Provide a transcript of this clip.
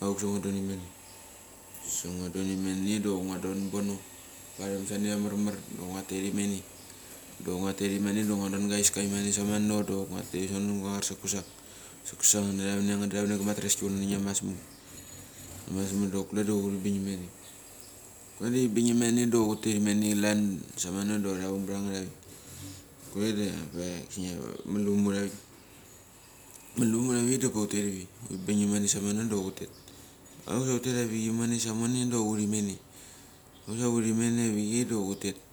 auk sa ngua don imene, sa ngua don imene da ngu don pono param sania amarmar ngua tetimene dok nguatet imene dok ngua don ga iska imane samano dok ngua tet ivonosavano da ngua char sa kusak. Nguachar sa kusak da tavaneng anget da tavanenga matreski vana da ngiamas mak dok kule da huri bingimane. Kule da huri bungimane dok hutet imane klan samono da tavang branget avik, kule da ve kisina valpam hutavik. Malpem hutavik da pa hutek ivi huri bing emene samanoda hutek ivi. Auksa hutet avik imone samone dok hutemene, hutemene avichei dok hutet.